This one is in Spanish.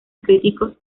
críticos